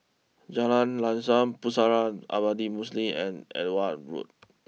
Jalan Lam Sam Pusara Abadi Muslim and Edgware Road